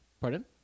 Pardon